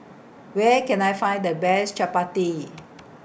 Where Can I Find The Best Chappati